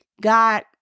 God